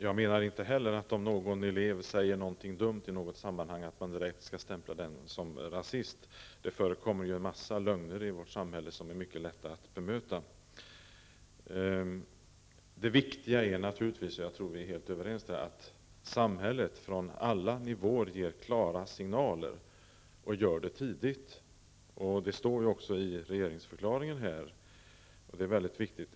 Herr talman! Inte heller jag menar att man direkt skall stämpla en elev som rasist om eleven säger någonting dumt i något sammanhang. Det förekommer ju en mängd lögner i vårt samhälle som är mycket lätta att bemöta. Det viktiga är naturligtvis, och det tror jag vi är helt överens om, att samhället från alla nivåer ger klara signaler och gör det tidigt. Det står ju också i regeringsförklaringen, och det är väldigt viktigt.